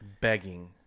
begging